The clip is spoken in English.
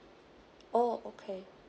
oh okay